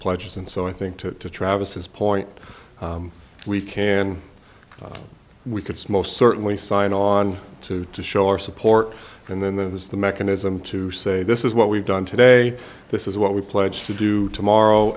pledges and so i think to travis's point we can we could small certainly sign on to to show our support and then there's the mechanism to say this is what we've done today this is what we pledged to do tomorrow